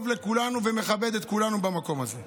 לכולנו ושיהיה כבוד לכולנו במקום הזה.